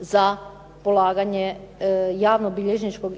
za polaganje javnobilježničkog